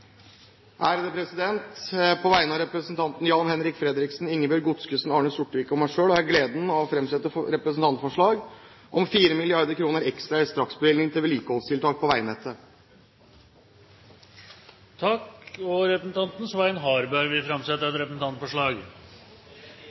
På vegne av representantene Jan-Henrik Fredriksen, Ingebjørg Godskesen, Arne Sortevik og meg selv har jeg gleden av å framsette et representantforslag om 4 mrd. kr ekstra i straksbevilgning til vedlikeholdstiltak på veinettet. Representanten Svein Harberg vil framsette et representantforslag.